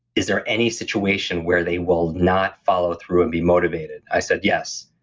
is there any situation where they will not follow through and be motivated. i said, yes,